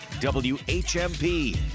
WHMP